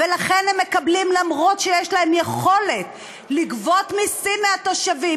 מקבלות אף שיש להן יכולת לגבות מסים מהתושבים.